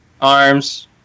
arms